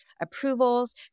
approvals